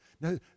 No